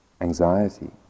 anxiety